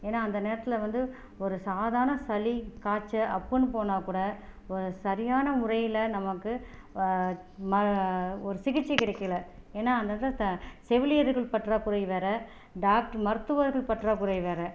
ஏன்னால் அந்த நேரத்தில் வந்து ஒரு சாதாரண சளி காய்ச்சல் அப்படின்னு போன கூட ஒரு சரியான முறையில் நமக்கு ஒரு சிகிச்சை கிடைக்கல ஏன்னால் அங்கே அங்கே செவிலியர்கள் பற்றாக்குறை வேறு டாக்டர் மருத்துவர்கள் பற்றாக்குறை வேறு